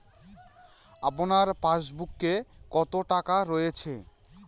আপনার পাসবুকে কত টাকা রয়েছে?